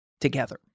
together